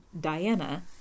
Diana